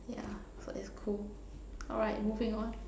yeah so it's cool alright moving on